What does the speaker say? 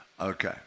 Okay